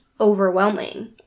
overwhelming